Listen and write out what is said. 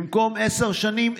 במקום עשר שנים,